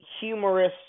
humorous